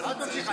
מה את ממשיכה?